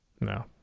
No